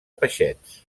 peixets